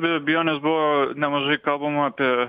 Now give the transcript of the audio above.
be abejonės buvo nemažai kalbama apie